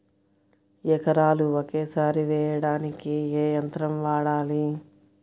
ఎకరాలు ఒకేసారి వేయడానికి ఏ యంత్రం వాడాలి?